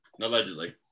Allegedly